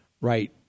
right